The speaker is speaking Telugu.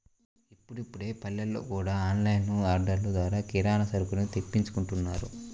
ఇప్పుడిప్పుడే పల్లెల్లో గూడా ఆన్ లైన్ ఆర్డర్లు ద్వారా కిరానా సరుకుల్ని తెప్పించుకుంటున్నారు